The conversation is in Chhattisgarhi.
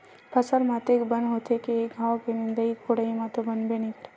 फसल म अतेक बन होथे के एक घांव के निंदई कोड़ई म तो बनबे नइ करय